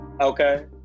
Okay